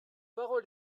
parole